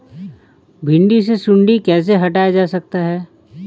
भिंडी से सुंडी कैसे हटाया जा सकता है?